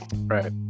Right